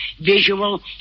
visual